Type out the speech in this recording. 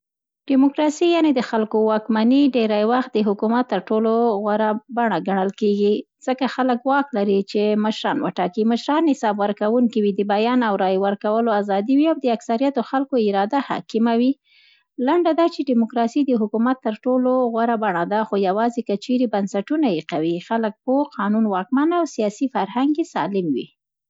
ډیموکراسي (د خلکو واکمني) ډېری وخت د حکومت تر ټولو غوره بڼه ګڼل کېږي، ځکه خلک واک لري چي مشران وټاکي، مشران حساب ورکوونکي وي، د بیان او رایې ورکولو ازادي وي او د اکثریتو خلکو اراده حاکمه وي. لنډه دا چي, ډیموکراسي د حکومت تر ټولو غوره بڼه ده، خو یوازې که چیرې یې بنسټونه قوي، خلک پوه، قانون واکمن او سیاسي فرهنګ یې سالم وي.